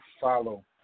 follow